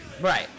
Right